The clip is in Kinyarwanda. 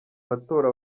matora